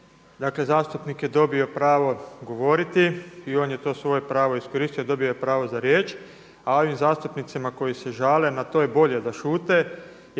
dakle zastupnik je dobio pravo govoriti i on je to svoje pravo iskoristio, dobio je pravo za riječ, a ovim zastupnicima koji se žale na to je i bolje da šute